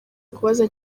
kubaza